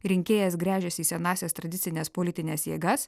rinkėjas gręžiasi į senąsias tradicines politines jėgas